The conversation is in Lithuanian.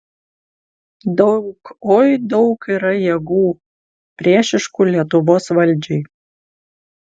daug oi daug yra jėgų priešiškų lietuvos valdžiai